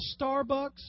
Starbucks